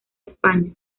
españa